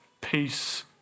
peace